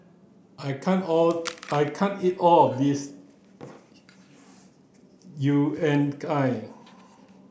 I can't all I can't eat all of this Unagi